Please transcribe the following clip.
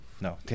No